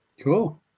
Cool